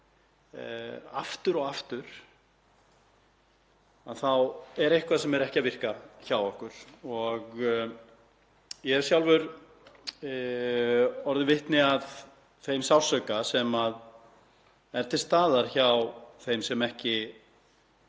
aftur og aftur þá er eitthvað sem er ekki að virka hjá okkur. Ég hef sjálfur orðið vitni að þeim sársauka sem er til staðar hjá þeim sem ekki